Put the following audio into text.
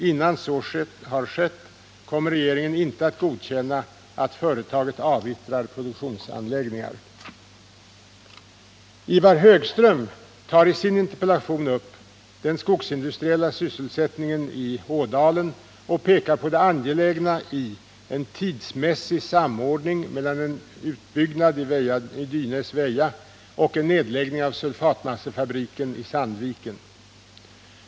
Innan så har skett kommer regeringen inte att godkänna att företaget avyttrar produktionsanläggningar. Ivar Högström tar i sin interpellation upp den skogsindustriella sysselsättningen i Ådalen och pekar på det angelägna i en tidsmässig samordning mellan en utbyggnad i Dynäs/Väja och en nedläggning av sulfatmassefabriken i Sandviken.